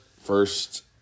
first